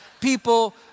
people